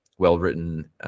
well-written